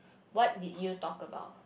what did you talk about